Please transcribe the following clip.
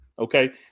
Okay